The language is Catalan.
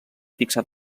fixar